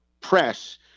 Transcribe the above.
press